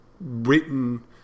written